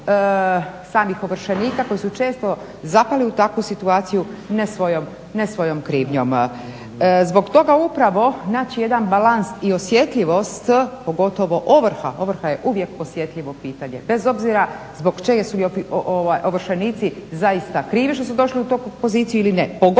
samih ovršenika koji su često zapali u takvu situaciju ne svojom krivnjom. Zbog toga upravo, znači jedan balans i osjetljivost pogotovo ovrha, ovrha je uvijek osjetljivo čitanje bez obzira zbog čega su ovršenici zaista krivi što su došli u tu poziciju ili ne